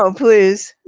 um please.